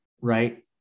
right